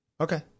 Okay